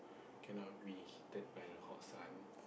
cannot we take by the hot sun